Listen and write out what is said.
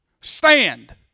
stand